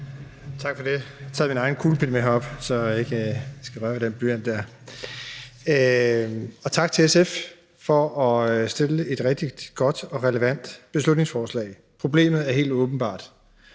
Tak for det. Jeg har taget min egen kuglepen med herop, så jeg ikke skal røre ved den blyant der. Tak til SF for at fremsætte et rigtig godt og relevant beslutningsforslag. Problemet er helt åbenbart.